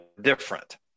different